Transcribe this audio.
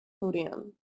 podium